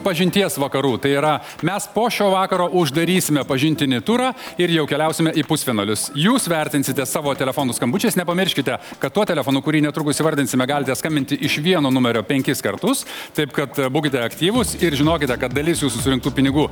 pažinties vakarų tai yra mes po šio vakaro uždarysime pažintinį turą ir jau keliausime į pusfinalius jūs vertinsite savo telefonų skambučiais nepamirškite kad tuo telefonu kurį netrukus įvardinsime galite skambinti iš vieno numerio penkis kartus taip kad būkite aktyvūs ir žinokite kad dalis jūsų surinktų pinigų